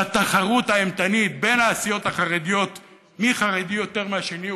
והתחרות האימתנית בין הסיעות החרדיות מי חרדי יותר מהשני,